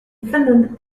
finland